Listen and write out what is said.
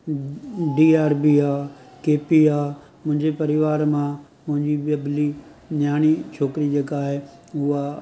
D R B आहे K P आहे मुंहिंजे परिवार मां मुंहिंजी बबली नियाणी छोकिरी जेका आहे उहा